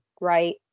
right